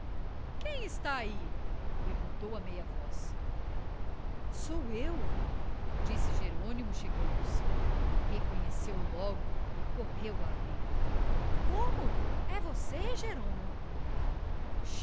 quem está ai perguntou a meia voz sou eu disse jerônimo chegando-se reconheceu-o logo e correu a abrir como é você jeromo